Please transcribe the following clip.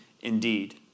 indeed